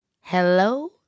Hello